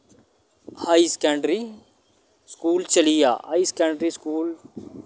high secondary school चलिया high secondary school